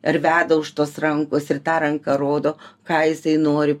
ar veda už tos rankos ir ta ranka rodo ką jisai nori